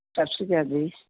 ਸਤਿ ਸ਼੍ਰੀ ਅਕਾਲ ਜੀ